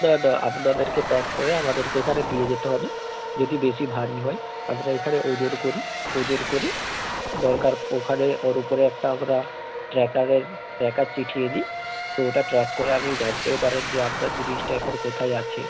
না না আপনাদেরকে প্যাক করে আমাদেরকে এখানে দিয়ে যেতে হবে যদি বেশি ভারী হয় আমরা এখানে ওজন করি ওজন করে দরকার ওখানে ওর উপরে একটা আমরা ট্র্যাকারের ট্র্যাকার চিটিয়ে দিই তো ওটা ট্র্যাক করে আপনি জানতেও পারেন যে আপনার জিনিসটা এখন কোথায় আছে